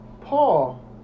Paul